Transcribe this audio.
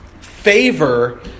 favor